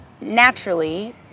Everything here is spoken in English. naturally